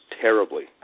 terribly